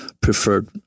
preferred